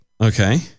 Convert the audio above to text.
Okay